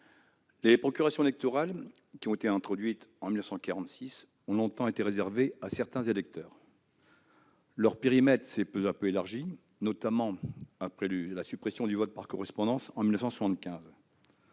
les procurations électorales, introduites en 1946, ont longtemps été réservées à certains électeurs. Leur périmètre s'est peu à peu élargi, notamment après la suppression du vote par correspondance en 1975.